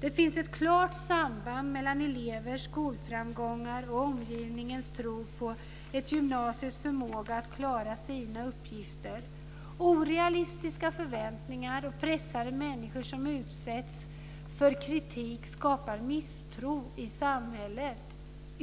Det finns ett klart samband mellan elevers skolframgångar och omgivningens tro på ett gymnasiums förmåga att klara sina uppgifter. Orealistiska förväntningar och pressade människor som utsätts för kritik skapar misstro i samhället.